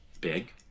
big